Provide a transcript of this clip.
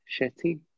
Shetty